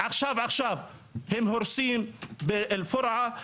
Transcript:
עכשיו-עכשיו הם הורסים באל פורעה.